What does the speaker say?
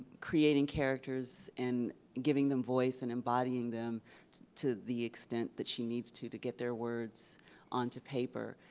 creating characters, and giving them voice, and embodying them to the extent that she needs to to get their words onto paper.